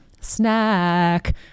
Snack